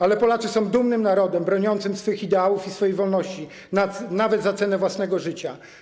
Ale Polacy są dumnym narodem, broniącym swych ideałów i swojej wolności, nawet za cenę własnego życia.